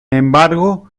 embargo